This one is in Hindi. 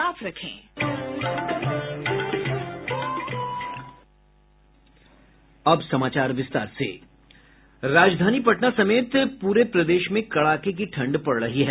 साउंड बाईट राजधानी पटना समेत पूरे प्रदेश में कड़ाके की ठंड पड़ रही है